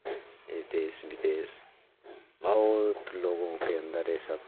ये देश विदेश बहुत लोगों के अन्दर ये सब